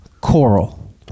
Coral